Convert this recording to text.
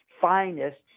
finest